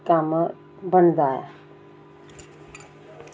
कम्म बनदा ऐ